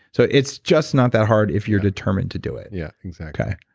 so it's just not that hard if you're determined to do it yeah, exactly okay.